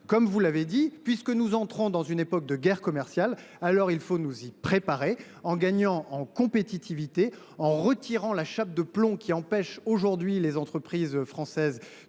comme vous l’avez dit, nous entrons dans une période de guerre commerciale, nous devons nous y préparer en gagnant en compétitivité et en retirant la chape de plomb qui empêche les entreprises françaises